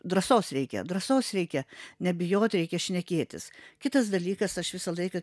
drąsos reikia drąsos reikia nebijot reikia šnekėtis kitas dalykas aš visą laiką